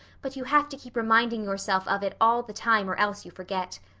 but you have to keep reminding yourself of it all the time or else you forget.